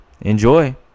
Enjoy